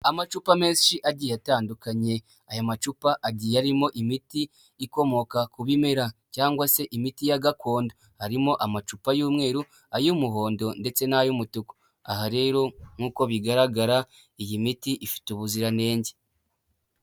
Amacupa menshi agiye atandukanye, aya macupa agiye arimo imiti ikomoka ku bimera, cyangwa se imiti ya gakondo, harimo amacupa y'umweru, ay'umuhondo ndetse n'ay'umutuku, aha rero nk'uko bigaragara iyi miti ifite ubuziranenge.